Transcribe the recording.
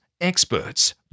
experts